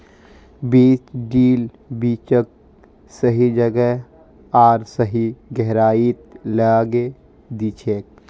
बीज ड्रिल बीजक सही जगह आर सही गहराईत लगैं दिछेक